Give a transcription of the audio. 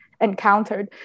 encountered